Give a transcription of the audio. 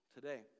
Today